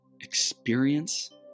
experience